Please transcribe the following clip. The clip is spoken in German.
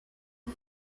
des